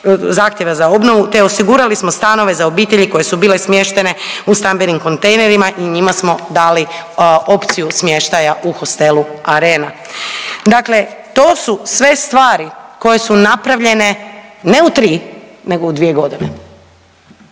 zahtjeva za obnovu te osigurali smo stanove za obitelji koje su bile smještene u stambenim kontejnerima i njima smo dali opciju smještaja u hostelu Arena. Dakle, to su sve stvari koje su napravljene ne u tri nego u dvije godine.